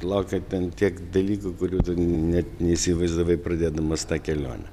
laukia ten tiek dalykų kurių tu net neįsivaizdavai pradėdamas tą kelionę